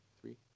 three